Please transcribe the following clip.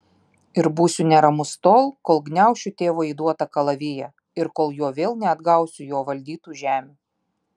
ir būsiu neramus tol kol gniaušiu tėvo įduotą kalaviją ir kol juo vėl neatgausiu jo valdytų žemių